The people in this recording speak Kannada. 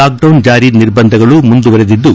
ಲಾಕ್ಡೌನ್ ಜಾರಿ ನಿರ್ಬಂಧಗಳು ಮುಂದುವರೆದಿದ್ದು